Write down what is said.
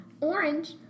Orange